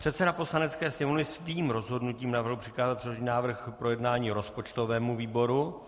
Předseda Poslanecké sněmovny svým rozhodnutím navrhl přikázat předložený návrh k projednání rozpočtovému výboru.